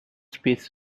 space